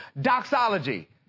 doxology